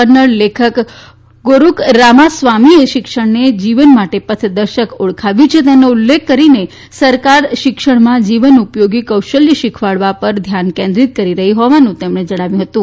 કન્નડ લેખક ગોરૂર રામાસ્વામીએ શિક્ષણને જીવન માટે પથદર્શક ઓળખાવ્યું છે તેનો ઉલ્લેખ કરીને સરકાર શિક્ષણમાં જીવન ઉપયોગી કૌશલ્ય શીખવાડવા ઉપર ધ્યાન કેન્દ્રિત કરી રહી હોવાનું જણાવ્યું હતું